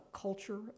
culture